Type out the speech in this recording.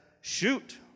shoot